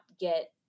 get